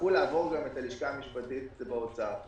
יצטרכו לעבור גם את הלשכה המשפטית באוצר.